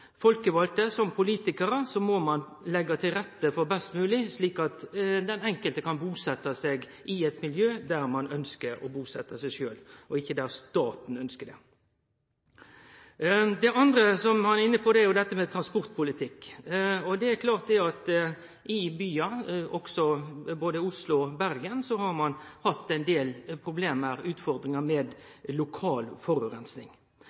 til rette, slik at den enkelte kan busetje seg i eit miljø der ein sjølv ønskjer å busetje seg, og ikkje der staten ønskjer det. Det andre interpellanten er inne på, er transportpolitikk. Det er klart at i byar, også både Oslo og Bergen, har ein hatt ein del problem og utfordringar